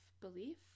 belief